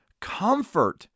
comfort